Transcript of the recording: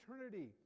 eternity